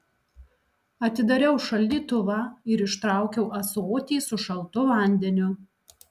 atidariau šaldytuvą ir ištraukiau ąsotį su šaltu vandeniu